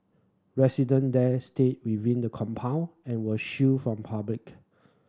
resident there stayed within the compound and were shielded from public